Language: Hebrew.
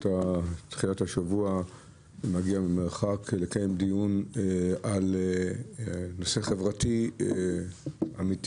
זאת תחילת השבוע ואתה מגיע ממרחק לקיים דיון בנושא חברתי אמיתי,